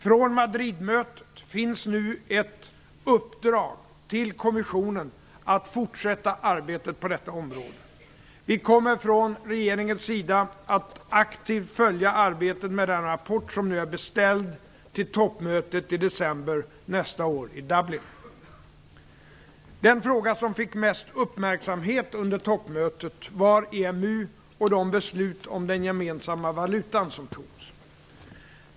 Från Madridmötet finns nu ett uppdrag till kommissionen att fortsätta arbetet på detta område. Vi kommer från regeringens sida att aktivt följa arbetet med den rapport som nu är beställd till toppmötet i december nästa år i Dublin. Den fråga som fick mest uppmärksamhet under toppmötet var EMU och de beslut om den gemensamma valutan som fattades.